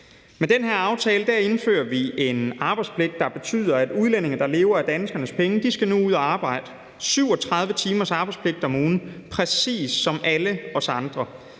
Med den her aftale indfører vi en arbejdspligt, der betyder, at udlændinge, der lever af danskernes penge, nu skal ud at arbejde. Det er en arbejdspligt på 37 timer om ugen, præcis som alle os andre.